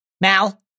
Mal